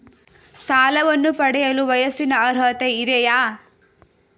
ಸಾಲವನ್ನು ಪಡೆಯಲು ವಯಸ್ಸಿನ ಅರ್ಹತೆ ಇದೆಯಾ?